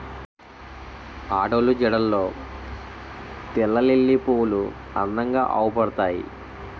ఆడోళ్ళు జడల్లో తెల్లలిల్లి పువ్వులు అందంగా అవుపడతాయి